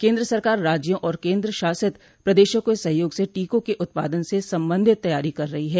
केंद्र सरकार राज्यों और केंद्रशासित प्रदेशों के सहयोग से टीकों के उत्पादन से संबंधित तैयारी कर रही है